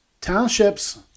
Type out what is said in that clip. Townships